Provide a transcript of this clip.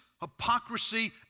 hypocrisy